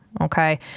Okay